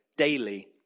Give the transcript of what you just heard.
daily